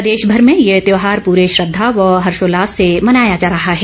प्रदेशमर में यह त्यौहार पूरे श्रद्धा व हर्षोल्लास से मनाया जा रहा है